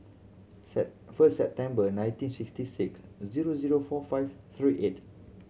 first September nineteen sixty six zero zero four five three eight